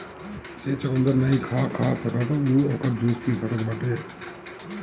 जे चुकंदर नईखे खा सकत उ ओकर जूस पी सकत बाटे